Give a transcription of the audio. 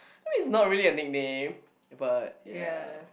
I mean it's not really a nickname but ya